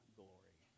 glory